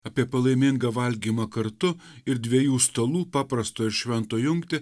apie palaimingą valgymą kartu ir dviejų stalų paprasto ir švento jungtį